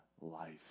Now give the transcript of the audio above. life